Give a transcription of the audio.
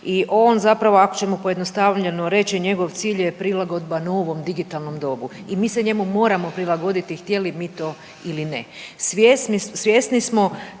i on zapravo ako ćemo pojednostavljeno reći, njegov cilj je prilagodba novom digitalnom dobu i mi se njemu moramo prilagoditi htjeli mi to ili ne. Svjesni smo